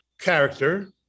character